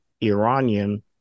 Iranian